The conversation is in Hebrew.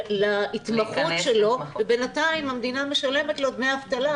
להתמחות שלו ובינתיים המדינה משלמת לו דמי אבטלה.